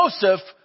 Joseph